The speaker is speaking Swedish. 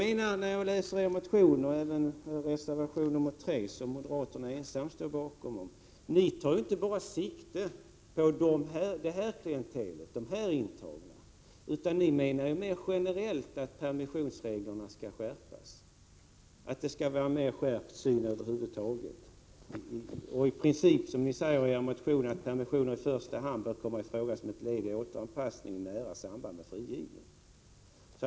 Men i er motion och i reservation 3, som moderaterna ensamma står bakom, tar ni inte sikte enbart på detta klientel, utan ni menar ju att permissionsreglerna skall skärpas mera generellt och ni vill över huvud taget ha en mera skärpt syn i dessa frågor. Ni säger i er motion att permissioner i första hand bör komma i fråga som ett led i återanpassningen och i nära anslutning till frigivning.